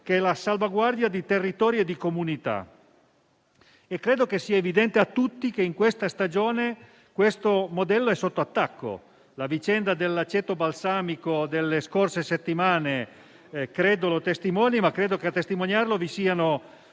che è la salvaguardia di territori e di comunità. Credo che sia evidente a tutti che in questa stagione questo modello è sotto attacco, come la vicenda dell'aceto balsamico delle scorse settimane testimonia. Ritengo inoltre che a testimoniarlo vi siano una